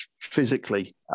physically